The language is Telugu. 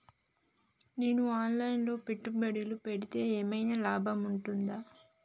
నేను ఆన్ లైన్ లో పెట్టుబడులు పెడితే ఏమైనా లాభం ఉంటదా?